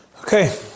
okay